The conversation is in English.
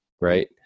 right